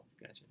Gotcha